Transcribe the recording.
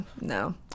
no